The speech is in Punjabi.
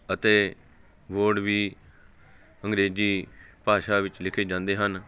ਅਤੇ ਬੋਰਡ ਵੀ ਅੰਗਰੇਜ਼ੀ ਭਾਸ਼ਾ ਵਿੱਚ ਲਿਖੇ ਜਾਂਦੇ ਹਨ